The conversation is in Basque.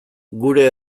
gure